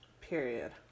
period